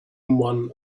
one